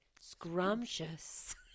scrumptious